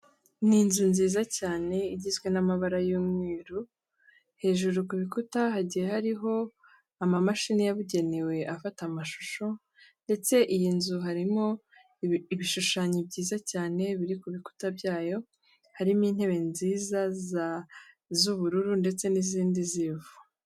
Ni inzu nziza cyane, igizwe n'amabara y'umweru, hejuru ku bikuta hagiye hariho ama mashini yabugenewe afata amashusho, ndetse iyi nzu harimo ibishushanyo byiza cyane, biri ku bikuta byayo, harimo intebe nziza z'ubururu ndetse n'izindi z'ivu.